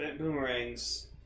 boomerangs